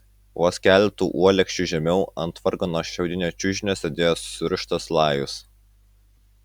vos keletu uolekčių žemiau ant vargano šiaudinio čiužinio sėdėjo surištas lajus